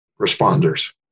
responders